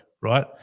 right